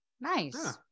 nice